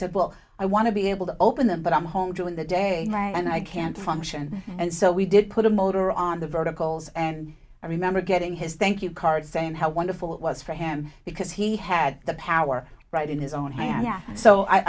said well i want to be able to open them but i'm home during the day and i can't function and so we did put a motor on the verticals and i remember getting his thank you card saying how wonderful it was for him because he had the power right in his own